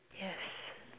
yes